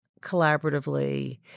collaboratively